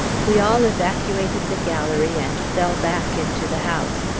we all evacuated the gallery and fell back into the house.